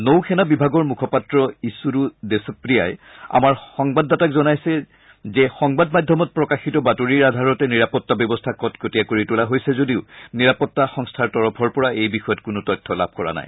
নৌ সেনা বিভাগৰ মুখপাত্ৰ ইচুৰু দেশপ্ৰিয়াই আমাৰ সংবাদদাতাক জনাইছে যে সংবাদ মাধ্যমত প্ৰকাশিত বাতৰিৰ আধাৰতে নিৰাপত্তা ব্যৱস্থা কটকটীয়া কৰি তোলা হৈছে যদিও নিৰপত্তা সংস্থাৰ তৰফৰ পৰা এই বিষয়ত কোনো তথ্য লাভ কৰা নাই